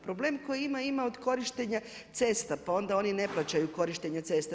Problem koji ima, ima od korištenja cesta, pa onda oni ne plaćaju korištenje cesta.